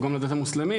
או גם לדת המוסלמית.